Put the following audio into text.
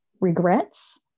regrets